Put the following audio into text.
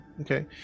okay